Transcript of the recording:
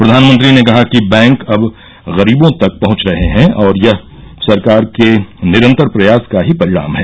प्रधानमंत्री ने कहा कि बैंक अब गरीबों तक पहंच रहे हैं और यह सरकार के निरंतर प्रयास का ही परिणाम है